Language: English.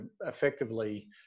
effectively